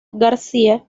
garcia